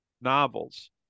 novels